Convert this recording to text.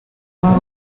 baba